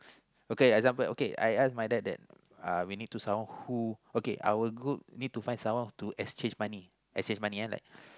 okay example okay I ask my dad that uh we need to sound someone who okay I will go need to find someone to exchange money exchange money ah like